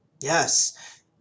Yes